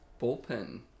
bullpen